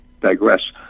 digress